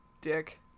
dick